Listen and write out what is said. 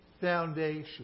foundation